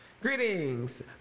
Greetings